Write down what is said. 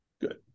Good